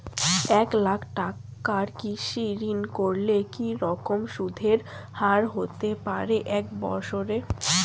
এক লক্ষ টাকার কৃষি ঋণ করলে কি রকম সুদের হারহতে পারে এক বৎসরে?